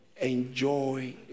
enjoy